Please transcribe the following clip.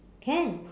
can